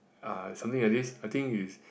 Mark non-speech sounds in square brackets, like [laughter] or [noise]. uh something like this I think is [noise]